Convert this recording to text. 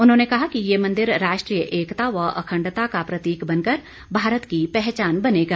उन्होंने कहा कि ये मंदिर राष्ट्रीय एकता व अंखडता का प्रतीक बनकर भारत की पहचान बनेगा